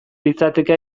litzateke